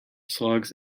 slugs